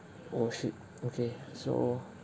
oh shit okay so